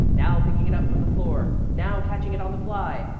now picking it up from the floor, now catching it on the fly.